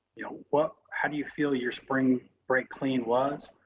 you know, what, how do you feel your spring break clean was?